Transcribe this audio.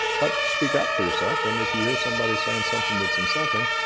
but speak up for yourself, and if you hear somebody saying something that's insulting,